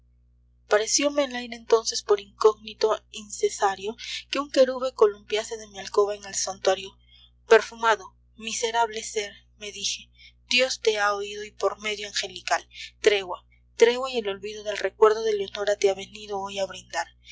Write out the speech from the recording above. pareciome el aire entonces por incógnito incensario que un querube columpiase de mi alcoba en el santuario perfumado miserable sér me dije dios te ha oído y por medio angelical tregua tregua y el olvido del recuerdo de leonora te ha venido hoy a brindar